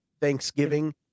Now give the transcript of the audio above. Thanksgiving